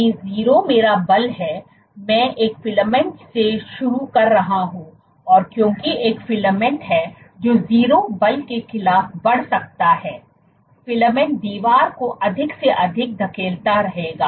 यदि 0 मेरा बल है मैं एक फिलामेंट से शुरू कर रहा हूं और क्योंकि एक फिलामेंट है जो 0 बल के खिलाफ बढ़ सकता है फिलामेंट दीवार को अधिक से अधिक धकेलता रहेगा